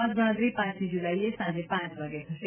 મતગણતરી પાંચમી જુલાઇએ સાંજે પાંચ વાગે થશે